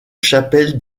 chapelle